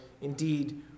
indeed